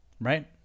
Right